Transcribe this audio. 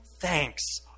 thanks